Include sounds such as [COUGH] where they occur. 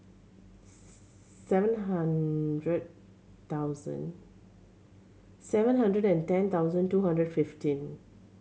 [UNINTELLIGIBLE] seven hundred thousand seven hundred and ten thousand two hundred fifteen